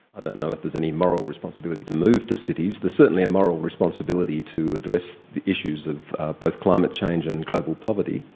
i don't know if there's any moral responsibility to move to cities, there's certainly a moral responsibility to address the issues of both climate change and global poverty,